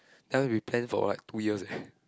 that one we plan for like two years eh